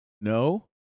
no